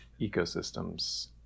ecosystems